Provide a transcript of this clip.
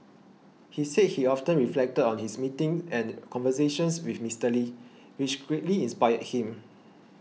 he said he often reflected on his meetings and conversations with Mister Lee which greatly inspired him